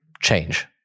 change